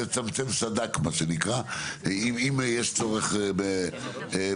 בסדר, רגע, אוקיי.